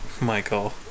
Michael